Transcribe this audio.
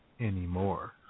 anymore